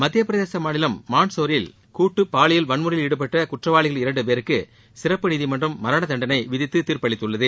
மத்தியப்பிரதேச மாநிலம் மன்ட்சவுரில் கூட்டு பாலியல் வன்முறையில் ஈடுபட்ட குற்றவாளிகள் இரண்டு பேருக்கு சிறப்பு நீதிமன்றம் மரணதண்டனை விதித்து தீர்ப்பளித்தது